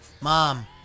Mom